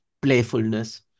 playfulness